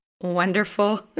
wonderful